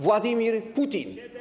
Władimir Putin.